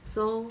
so